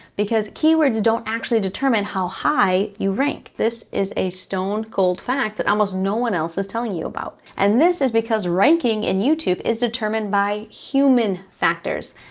because keywords don't actually determine how high you rank. this is a stone cold fact that almost no one else is telling you about. and this because ranking in youtube is determined by human factors.